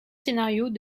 scénarios